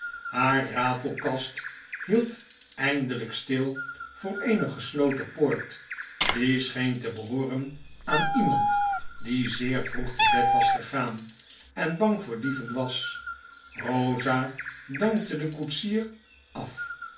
haar ratelkast hield eindeljjk stil voor eene gesloten poort die scheen te behooren aan iemand die zeer vroeg te bed was gegaan en bang voor dieven was rosa dankte denkoetsier af